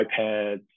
ipads